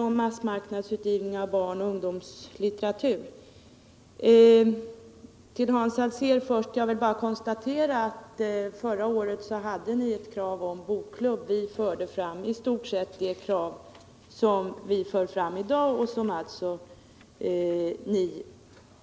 Jag konstaterar bara, Hans Alsén, att förra året hade ni ett krav på bokklubb. Vi förde fram i stort sett det krav som vi tör fram i dag och som alltså ni nu